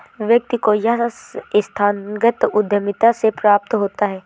व्यक्ति को यह संस्थागत उद्धमिता से प्राप्त होता है